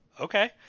Okay